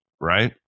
right